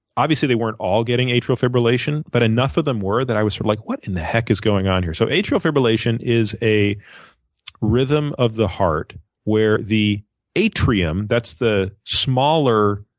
obviously, they weren't all getting atrial fibrillation, but enough of them were that i was sort of like, what in the heck is going on here? so atrial fibrillation is a rhythm of the heart where the atrium that's the smaller